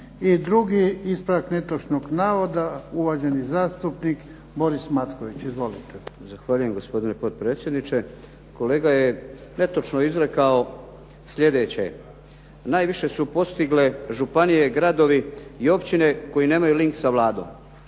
I drugi ispravak netočnog navoda. Uvaženi zastupnik Boris Matković. Izvolite. **Matković, Borislav (HDZ)** Zahvaljujem, gospodine potpredsjedniče. Kolega je netočno izrekao sljedeće: "najviše su postigle županije, gradovi i općine koje nemaju link sa Vladom."